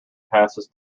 passes